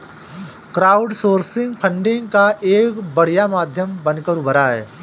crowdsourcing funding का एक बढ़िया माध्यम बनकर उभरा है